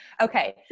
Okay